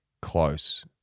close